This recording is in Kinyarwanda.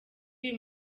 uyu